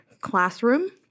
classroom